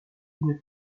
une